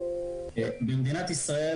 במדינת ישראל